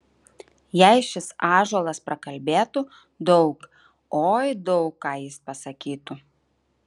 jei šis ąžuolas prakalbėtų daug oi daug ką jis pasakytų